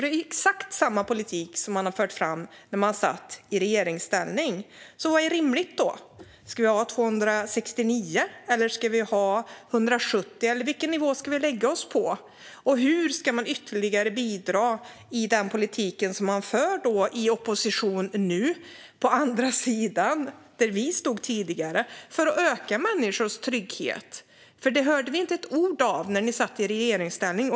Det är exakt samma politik som ni har fört fram när ni satt i regeringsställning. Så vad är rimligt? Ska vi ha 269, eller ska vi ha 170, eller vilken nivå ska vi lägga oss på? Och hur ska ni ytterligare bidra till den politik som ni nu för i opposition, på andra sidan där vi stod tidigare, för att öka människors trygghet? Det hörde vi inte ett ord om när ni satt i regeringsställning.